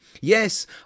Yes